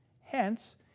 Hence